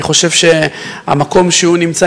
אני חושב שהמקום שהוא נמצא,